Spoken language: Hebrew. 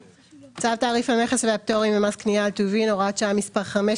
צו תעריף המכס והפטורים ומס קנייה על טובין (הוראת שעה מס' 5),